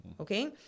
okay